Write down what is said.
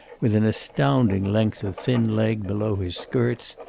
with an astounding length of thin leg below his skirts,